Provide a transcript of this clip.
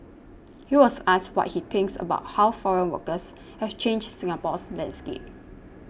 he was asked what he thinks about how foreign workers have changed Singapore's landscape